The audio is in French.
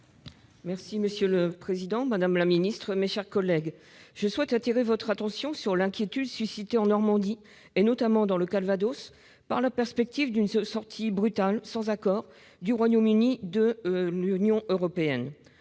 affaires européennes. Madame la ministre, je souhaite attirer votre attention sur l'inquiétude suscitée en Normandie, notamment dans le Calvados, par la perspective d'une sortie brutale, sans accord, du Royaume-Uni de l'Union européenne.